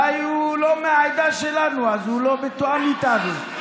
אולי הוא לא מהעדה שלנו, אז הוא לא מתואם איתנו.